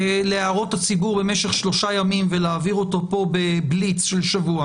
להערות הציבור במשך שלושה ימים ולהעביר אותו פה בבליץ של שבוע